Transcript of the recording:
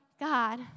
God